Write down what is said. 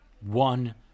one